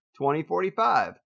2045